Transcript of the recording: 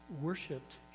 worshipped